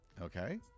Okay